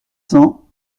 cents